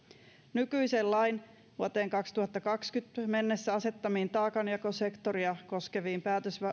nykyisen lain vuoteen kaksituhattakaksikymmentä mennessä asettamiin taakanjakosektoria koskeviin